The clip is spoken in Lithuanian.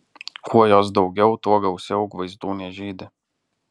kuo jos daugiau tuo gausiau gvaizdūnės žydi